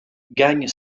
gagne